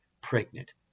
pregnant